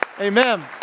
Amen